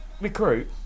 recruit